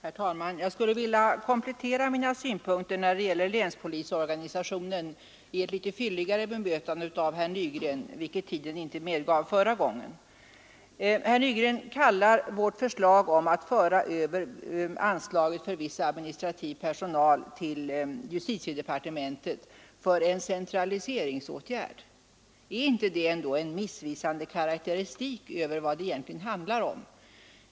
Herr talman! Jag skulle vilja komplettera mina synpunkter när det gäller länspolisorganisationen i ett något fylligare bemötande av herr Nygren, vilket tiden inte medgav förra gången. Herr Nygren kallar vårt förslag om att föra över anslaget för viss administrativ personal till justitiedepartementet för en centraliseringsåtgärd. Är inte det ändå en missvisande karakteristik över vad det egentligen handlar om?